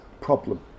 problem